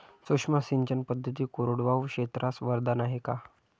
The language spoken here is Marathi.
सूक्ष्म सिंचन पद्धती कोरडवाहू क्षेत्रास वरदान आहे का?